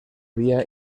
vía